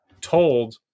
told